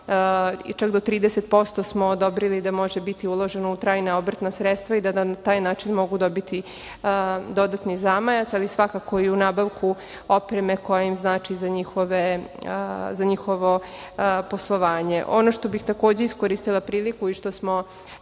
i čak do 30% smo odobrili da može biti uloženo u trajna obrtna sredstva i da na taj način mogu dobiti dodatni zamajac, ali svakako i u nabavku opreme koja im znači za njihovo poslovanje. Ono što bih takođe iskoristila priliku i što smo